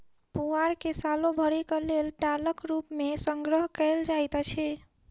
पुआर के सालो भरिक लेल टालक रूप मे संग्रह कयल जाइत अछि